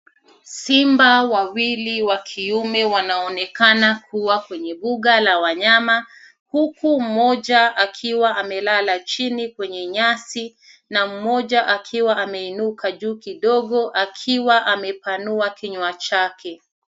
Simba wawili wa kiume wanaonekana kuwa kwenye mbuga la wanyama huku mmoja akiwa amelala chini kwenye nyasi na mmoja akiwa ameinuka juu kidogo akiwa amepanua kinywa chake.